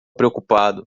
preocupado